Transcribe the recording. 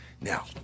Now